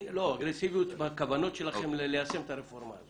אגרסיבי בכוונות שלכם ליישם את הרפורמה הזאת.